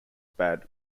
bad